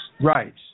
Right